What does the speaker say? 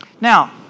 Now